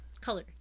Color